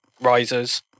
risers